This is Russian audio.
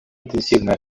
интенсивные